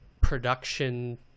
production